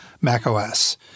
macOS